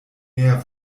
meer